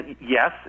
yes